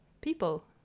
people